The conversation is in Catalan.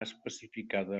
especificada